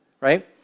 right